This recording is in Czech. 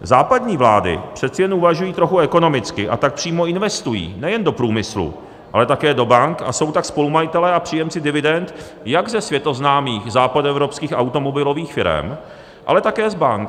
Západní vlády přece jen uvažují trochu ekonomicky, a tak přímo investují nejen do průmyslu, ale také do bank a jsou tak spolumajiteli a příjemci dividend jak ze světoznámých západoevropských automobilových firem, ale také z bank.